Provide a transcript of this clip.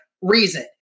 reason